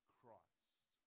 Christ